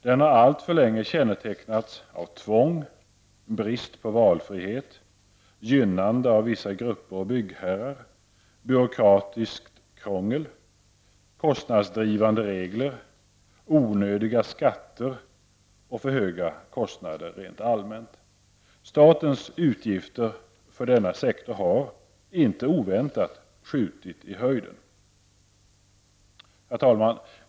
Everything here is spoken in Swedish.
Den har alltför länge kännetecknats av tvång, brist på valfrihet, gynnade av vissa grupper och byggherrar, byråkratiskt krångel, kostnadsdrivande regler, onödiga skatter och för höga kostnader. Statens utgifter för denna sektor har, inte oväntat, skjutit i höjden. Herr talman!